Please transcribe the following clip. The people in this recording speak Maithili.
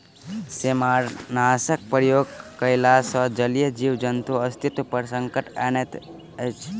सेमारनाशकक प्रयोग कयला सॅ जलीय जीव जन्तुक अस्तित्व पर संकट अनैत अछि